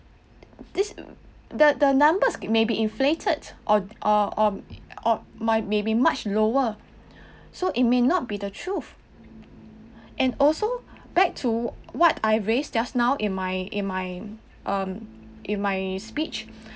this that the numbers may be inflated or or or or my may be much lower so it may not be the truth and also back to what I raised just now in my in my um in my speech